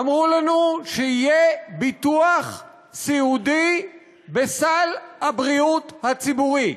אמרו לנו שיהיה ביטוח סיעודי בסל הבריאות הציבורי.